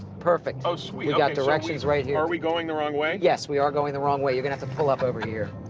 perfect. um we got directions right here. so are we going the wrong way? yes, we are going the wrong way. you're gonna have to pull up over here.